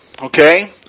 okay